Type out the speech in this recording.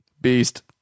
Beast